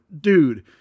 dude